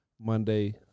Monday